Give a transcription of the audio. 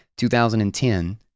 2010